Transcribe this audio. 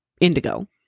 Indigo